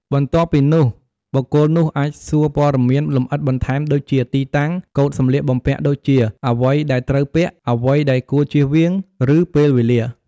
បន្ទាប់ពីនោះ បុគ្គលនោះអាចសួរព័ត៌មានលម្អិតបន្ថែមដូចជា ទីតាំង កូដសំលៀកបំពាក់ដូចជា អ្វីដែលត្រូវពាក់ អ្វីដែលគួរជៀសវាង ឬពេលវេលា។